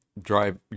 drive